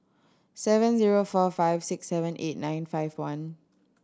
seven zero four five six seven eight nine five one